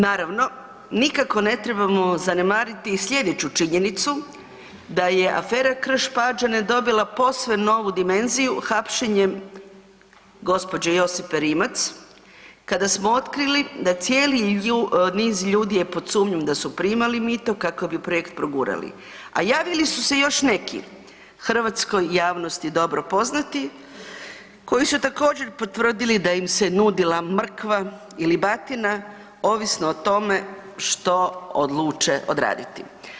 Naravno, nikako ne trebamo zanemariti i slijedeću činjenicu da je afera Krš-Pađene dobila posve novu dimenziju hapšenjem gđe. Josipe Rimac, kada smo otkrili da cijeli niz ljudi je pod sumnjom da su primali mito kako bi projekt progurali, a javili su se još neki hrvatskoj javnosti dobro poznati koji su također potvrdili da im se nudila mrkva ili batina ovisno o tome što odluče odraditi.